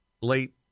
late